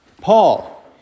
Paul